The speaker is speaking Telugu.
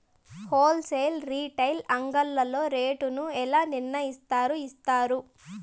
హోల్ సేల్ రీటైల్ అంగడ్లలో రేటు ను ఎలా నిర్ణయిస్తారు యిస్తారు?